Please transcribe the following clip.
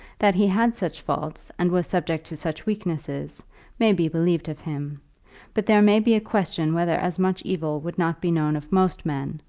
that he had such faults and was subject to such weaknesses may be believed of him but there may be a question whether as much evil would not be known of most men,